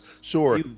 Sure